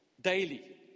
daily